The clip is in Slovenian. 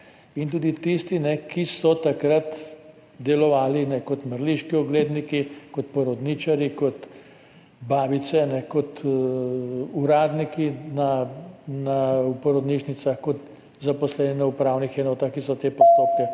in tudi tisti, ki so takrat delovali kot mrliški ogledniki, kot porodničarji, kot babice, kot uradniki v porodnišnicah, kot zaposleni na upravnih enotah, ki so speljali te postopke.